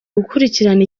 gukurikirana